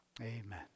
Amen